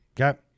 Okay